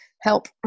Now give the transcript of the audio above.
help